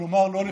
כלומר לא לפחד.